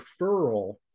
referral